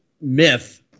myth